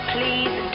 Please